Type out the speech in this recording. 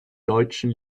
deutschen